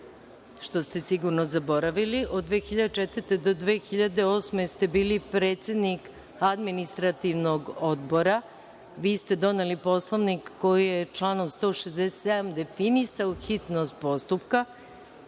što ste sigurno zaboravili, od 2004. do 2008. godine, jer ste bili predsednik Administrativnog odbora. Vi ste doneli Poslovnik koji je članom 167. definisao hitnost postupka,